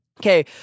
Okay